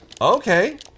okay